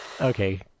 okay